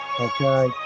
okay